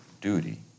duty